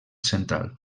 central